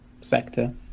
sector